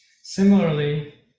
Similarly